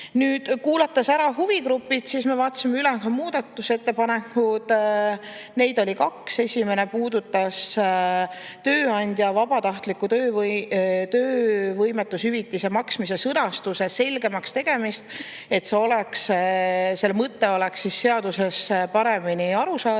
Nüüd, kuulanud ära huvigrupid, me vaatasime üle ka muudatusettepanekud. Neid oli kaks. Esimene puudutas tööandja vabatahtliku töövõimetushüvitise maksmise sõnastuse selgemaks tegemist, et selle mõte oleks seaduses paremini arusaadav.